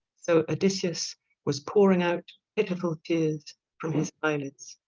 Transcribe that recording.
so odysseus was pouring out pitiful tears from his eyelids.